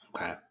Okay